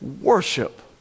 worship